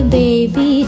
baby